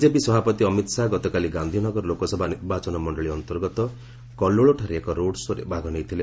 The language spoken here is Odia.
ବିଜେପି ସଭାପତି ଅମିତ ଶାହା ଗତକାଲି ଗାନ୍ଧିନଗର ଲୋକସଭା ନିର୍ବାଚନ ମଣ୍ଡଳୀ ଅନ୍ତର୍ଗତ କଲ୍କୋଳଠାରେ ଏକ ରୋଡ୍ ଶୋ'ରେ ଭାଗ ନେଇଥିଲେ